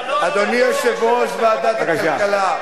אדוני יושב-ראש ועדת הכלכלה,